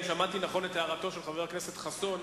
אם שמעתי נכון את הערתו של חבר הכנסת חסון,